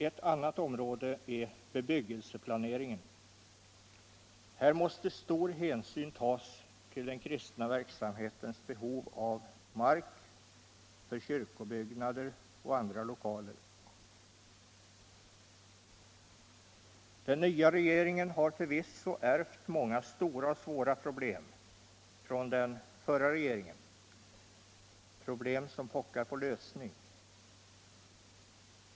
Ett annat område är bebyggelseplaneringen. Här måste stor hänsyn tas till den kristna verksamhetens behov av mark för kyrkobyggnader och andra lokaler. Den nya regeringen har förvisso ärvt många stora och svåra proble.m från den förra regeringen, problem som pockar på lösning.